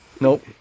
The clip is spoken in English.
nope